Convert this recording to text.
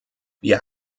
wir